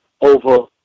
over